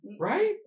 Right